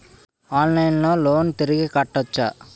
ఆన్లైన్లో లోన్ తిరిగి కట్టోచ్చా?